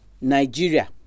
Nigeria